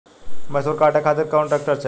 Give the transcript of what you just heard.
मैसूर काटे खातिर कौन ट्रैक्टर चाहीं?